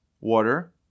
water